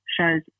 shows